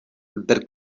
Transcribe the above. бер